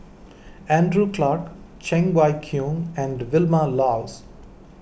Andrew Clarke Cheng Wai Keung and Vilma Laus